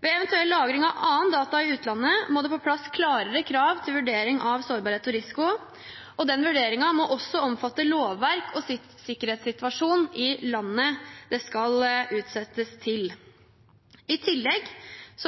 Ved eventuell lagring av andre data i utlandet må det på plass klarere krav til vurdering av sårbarhet og risiko, og den vurderingen må også omfatte lovverk og sikkerhetssituasjon i landet det skal settes ut til. I tillegg